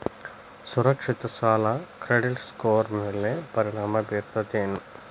ಸುರಕ್ಷಿತ ಸಾಲ credit score ಮ್ಯಾಲೆ ಪರಿಣಾಮ ಬೇರುತ್ತೇನ್